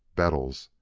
bettles,